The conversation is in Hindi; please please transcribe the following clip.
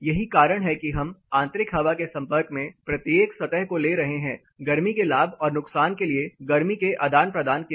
यही कारण है कि हम आंतरिक हवा के संपर्क में प्रत्येक सतह को ले रहे हैं गर्मी के लाभ और नुकसान के लिए गर्मी के आदान प्रदान के लिए